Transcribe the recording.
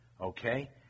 Okay